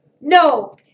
No